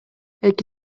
эки